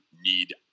need